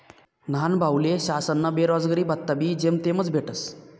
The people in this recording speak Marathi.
न्हानभाऊले शासनना बेरोजगारी भत्ताबी जेमतेमच भेटस